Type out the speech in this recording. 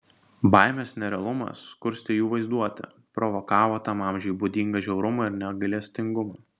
baimės nerealumas kurstė jų vaizduotę provokavo tam amžiui būdingą žiaurumą ir negailestingumą